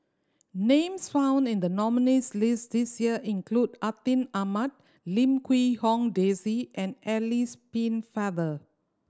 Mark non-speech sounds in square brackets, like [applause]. names found in the nominees' list this year include Atin Amat Lim Quee Hong Daisy and Alice [unintelligible]